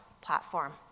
platform